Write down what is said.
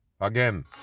Again